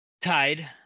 tied